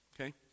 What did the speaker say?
Okay